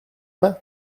pas